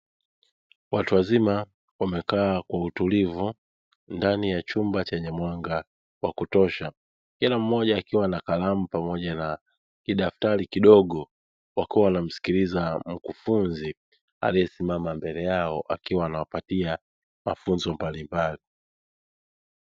Watu wazima wamekaa kwa utulivu ndani ya chumba chenye mwanga wa kutosha. Kila mmoja akiwa na kalamu, pamoja na kidaftari kidogo, wakawa wanamsikiliza mkufunzi aliyesimama mbele yao akiwa anawapatia mafunzo mbalimbali.